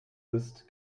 ist